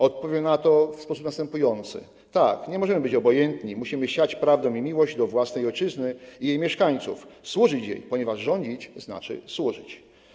Odpowiem na to w sposób następujący: Tak, nie możemy być obojętni, musimy siać prawdę i miłość do własnej ojczyzny i jej mieszkańców, służyć jej, ponieważ rządzić znaczy służyć.